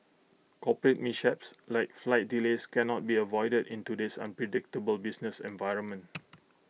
corporate mishaps like flight delays can not be avoided in today's unpredictable business environment